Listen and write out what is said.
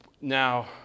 Now